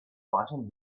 fighting